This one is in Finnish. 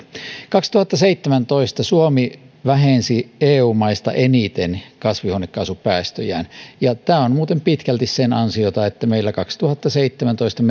kaksituhattaseitsemäntoista suomi vähensi eu maista eniten kasvihuonekaasupäästöjään ja tämä on muuten pitkälti sen ansiota että meillä vuonna kaksituhattaseitsemäntoista